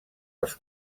els